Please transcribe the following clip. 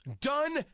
Done